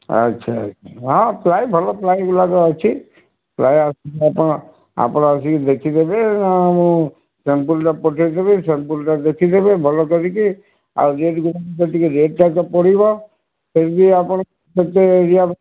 ଆଚ୍ଛା ଆଚ୍ଛା ହଁ ପ୍ଲାଏ ଭଲ ପ୍ଲାଏ ଗୁଡ଼ାକ ଅଛି ପ୍ଲାଏ ଆଚ୍ଛା ଆଚ୍ଛା ହଁ ପ୍ଲାଏ ଭଲ ପ୍ଲାଏ ଗୁଡ଼ାକ ଅଛି ପ୍ଲାଏ ଆସିକି ଆପଣ ଆପଣ ଆସିକି ଦେଖିଦେବେ ମୁଁ ସାମ୍ପୁଲଟା ପଠେଇଦେବି ସାମ୍ପୁଲଟା ଦେଖିଦେବେ ଭଲ କରିକି ଆଉ ଯେମିତି ହେଲେ ଟିକେ ରେଟ୍ଟା ତ ପଡ଼ିବ ସେ ଆପଣ କେତେ ଏରିଆ